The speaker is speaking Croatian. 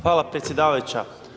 Hvala predsjedavajuća.